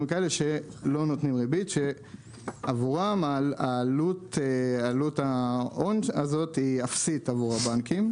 כאלה שלא נותנים ריבית שעבורם העלות ההון הזאת היא אפסית עבור הבנקים.